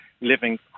living